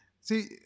See